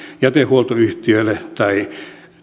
jätehuoltoyhtiöille tai